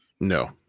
No